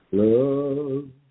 love